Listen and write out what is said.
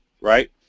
right